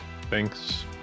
Thanks